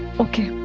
okay?